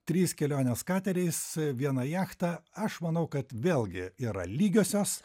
trys kelionės kateriais viena jachta aš manau kad vėlgi yra lygiosios